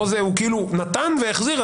פה הוא כאילו נתן והחזיר,